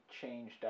changed